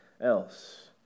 else